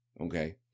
okay